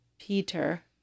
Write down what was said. Peter